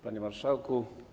Panie Marszałku!